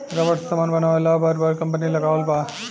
rubber से समान बनावे ला बर बर कंपनी लगावल बा